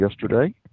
yesterday